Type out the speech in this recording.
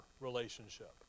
relationship